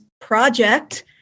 project